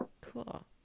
Cool